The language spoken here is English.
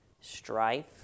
strife